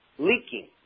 leaking